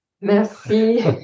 Merci